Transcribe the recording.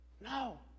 No